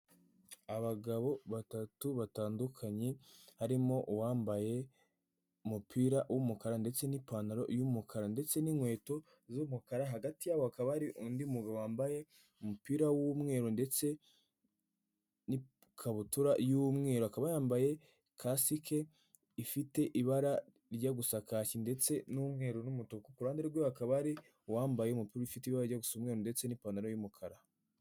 Abagabo batatu batandukanye harimo uwambaye umupira w'umukara ndetse n'ipantaro y'umukara ndetse n'inkweto z'umukara, hagati yabo hakaba hari undi mugabo wambaye umupira w'umweru ndetse n'ikabutura y'umweru, akaba yambaye kasike ifite ibara rijya gusa kaki ndetse n'umweru n'umutuku, ku ruhande rwe hakaba hari uwambaye umupira ufite ibara rijya gusa umweru ndetse n'ipantaro y'umukara.